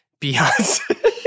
Beyonce